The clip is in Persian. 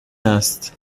است